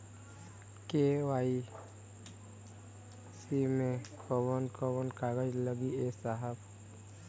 KYC मे कवन कवन कागज लगी ए साहब?